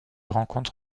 rencontre